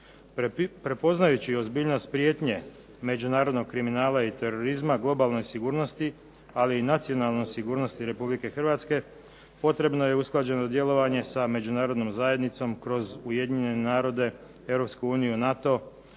Prepoznajući ozbiljnost prijetnje međunarodnog kriminala i terorizma globalnoj sigurnosti ali i nacionalnoj sigurnosti Republike Hrvatske potrebno je usklađeno djelovanje sa međunarodnom zajednicom kroz Ujedinjene narode, Europsku